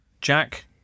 jack